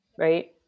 Right